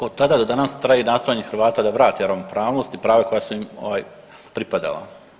Od tada do danas traje nastojanje Hrvata da vrate ravnopravnost i prava koja su im ovaj pripadala.